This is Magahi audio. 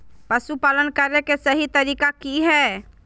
पशुपालन करें के सही तरीका की हय?